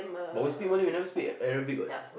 but we speak Malay never speak Arabic what